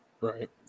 Right